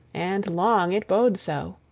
and long it bode so.